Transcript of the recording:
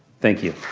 thank you.